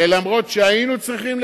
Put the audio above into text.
אומנם היינו צריכים לקצץ,